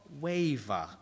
waver